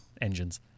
engines